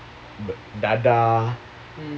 dadah